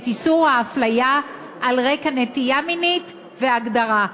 איסור ההפליה על רקע נטייה מינית והגדרה?